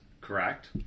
Correct